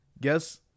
guess